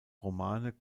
romane